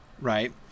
right